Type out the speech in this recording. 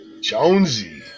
Jonesy